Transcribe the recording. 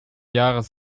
jahres